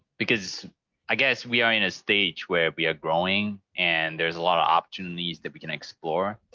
because i guess we are in a stage where we are growing and there's a lot of opportunities that we can explore.